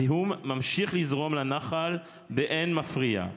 הזיהום ממשיך לזרום לנחל באין מפריע.